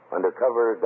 Undercover